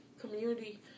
community